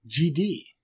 GD